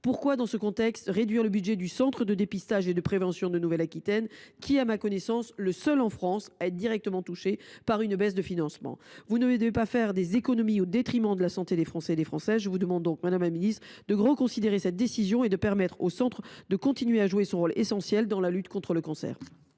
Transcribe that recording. pourquoi réduire le budget du centre de dépistage et de prévention de Nouvelle Aquitaine, le seul en France, à ma connaissance, à être directement touché par une baisse de financement ? Vous ne devez pas faire des économies au détriment de la santé des Français ! Je demande donc au Gouvernement, madame la ministre, de reconsidérer cette décision et de permettre à ce centre de continuer de jouer son rôle essentiel dans la lutte contre le cancer.